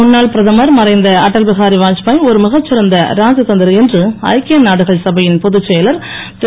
முன்னால் பிரதமர் மறைந்த அடல் பிகாரி வாத்பாய் ஒரு மிகச்சிறந்த ராஜதந்திரி என்று ஐக்கிய நாடுகள் சபையின் பொதுச் செயலர் திரு